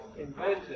invented